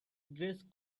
dress